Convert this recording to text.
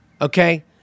Okay